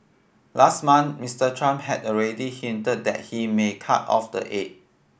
last month Msiter Trump had already hinted that he may cut off the aid